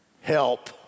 Help